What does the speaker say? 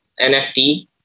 nft